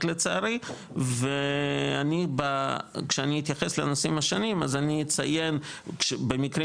אמת לצערי וכשאני אתייחס לנושאים השניים אז אני אציין שבמקרים